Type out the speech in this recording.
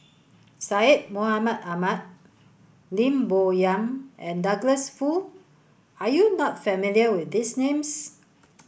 Syed Mohamed Ahmed Lim Bo Yam and Douglas Foo are you not familiar with these names